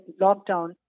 lockdown